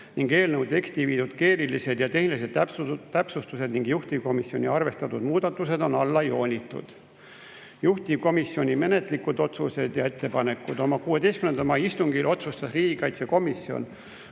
Eelnõu teksti viidud keelelised ja tehnilised täpsustused ning juhtivkomisjoni arvestatud muudatused on alla joonitud. Juhtivkomisjoni menetluslikud otsused ja ettepanekud. Oma 16. mai istungil otsustas riigikaitsekomisjon